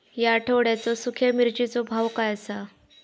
या आठवड्याचो सुख्या मिर्चीचो भाव काय आसा?